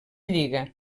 lliga